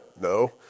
No